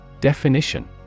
Definition